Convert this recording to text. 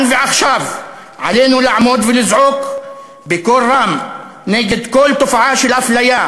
כאן ועכשיו עלינו לעמוד ולזעוק בקול רם נגד כל תופעה של אפליה,